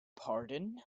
pardon